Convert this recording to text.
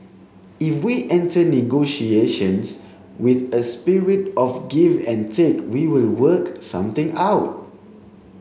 if we enter negotiations with a spirit of give and take we will work something out